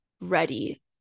ready